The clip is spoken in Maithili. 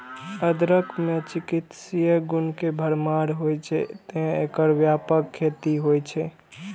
अदरक मे चिकित्सीय गुण के भरमार होइ छै, तें एकर व्यापक खेती होइ छै